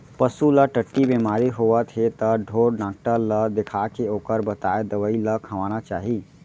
पसू ल टट्टी बेमारी होवत हे त ढोर डॉक्टर ल देखाके ओकर बताए दवई ल खवाना चाही